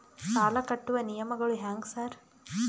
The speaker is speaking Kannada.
ಸಾಲ ಕಟ್ಟುವ ನಿಯಮಗಳು ಹ್ಯಾಂಗ್ ಸಾರ್?